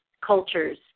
cultures